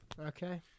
Okay